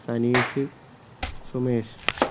Saneesh Sumesh